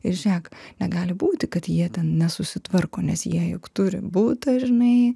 ir žiūrėk negali būti kad jie ten nesusitvarko nes jie juk turi butą žinai